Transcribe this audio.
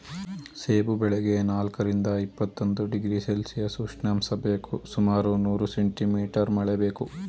ಸೇಬು ಬೆಳೆಗೆ ನಾಲ್ಕರಿಂದ ಇಪ್ಪತ್ತೊಂದು ಡಿಗ್ರಿ ಸೆಲ್ಶಿಯಸ್ ಉಷ್ಣಾಂಶ ಬೇಕು ಸುಮಾರು ನೂರು ಸೆಂಟಿ ಮೀಟರ್ ಮಳೆ ಬೇಕು